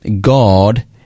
God